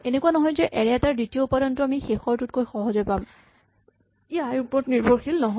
এনেকুৱা নহয় যে এৰে এটাৰ দ্বিতীয় উপাদানটো আমি শেষৰটোতকৈ সহজে পাম ই আই ৰ ওপৰত নিৰ্ভৰশীল নহয়